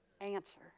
answer